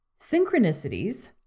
synchronicities